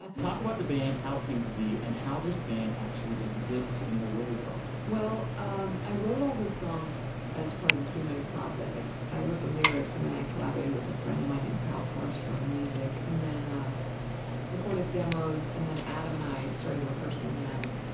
ah talk about the band, how it came to be and how this band actually exists in the real world well, um i wrote all those songs as part of the screenwriting process, like, i wrote the lyrics and then i collaborated with a friend of mine named kyle forester on the music, and then ah recorded demos. and then adam and i started rehearsing them,